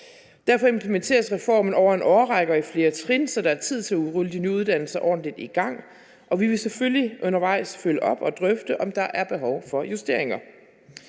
Derfor implementeres reformen over en årrække og i flere trin, så der er tid til at udrulle de nye uddannelser og komme ordentligt i gang, og vi vil selvfølgelig undervejs følge op på det og drøfte, om der er behov for justeringer.